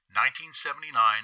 1979